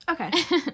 Okay